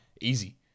Easy